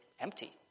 empty